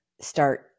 start